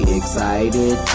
excited